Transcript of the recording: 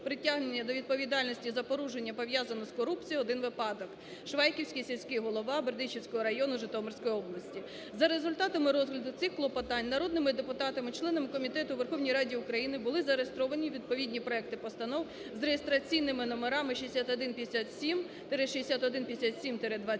притягнення до відповідальності за порушення, пов'язане з корупцією – 1 випадок, Швайківський сільський голова Бердичівського району Житомирської області. За результатами розгляду цих клопотань народними депутатами, членами комітету у Верховній Раді України були зареєстровані відповідні проекти постанов з реєстраційними номерами 6157-6157-22